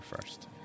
first